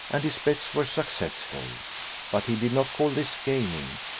and his bets were successful but he did not call this gaming,